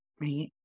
right